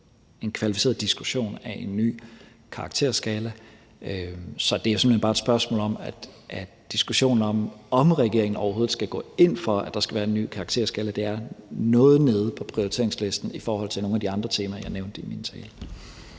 en kvalificeret diskussion af en ny karakterskala. Så det er simpelt hen bare – i diskussionen af, om regeringen overhovedet skal gå ind for, at der skal være en ny karakterskala – et spørgsmål om, at det er noget nede på prioriteringslisten i forhold til nogle af de andre temaer, jeg nævnte i min tale.